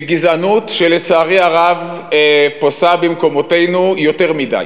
מגזענות, שלצערי הרב פושה במקומותינו יותר מדי.